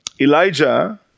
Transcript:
Elijah